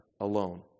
alone